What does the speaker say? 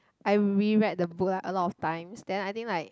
I re-read the book lah a lot of times then I think like